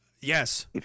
Yes